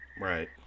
Right